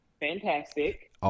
fantastic